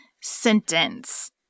sentence